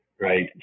right